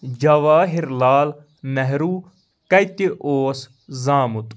جَواہِر لال نہروٗ کَتہِ اوس زامُت